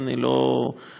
היא לא פיראטית,